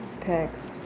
text